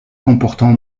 comportant